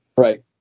Right